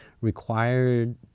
required